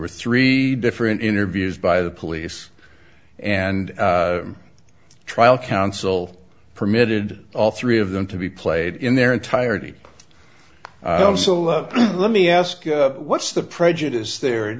were three different interviews by the police and trial counsel permitted all three of them to be played in their entirety so let me ask you what's the prejudice there